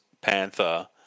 panther